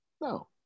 no